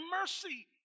mercy